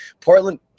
Portland –